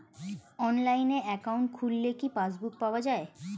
অনলাইনে একাউন্ট খুললে কি পাসবুক পাওয়া যায়?